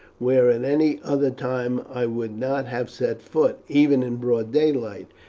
where at any other time i would not have set foot, even in broad daylight,